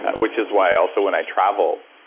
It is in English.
which is why also when i travel,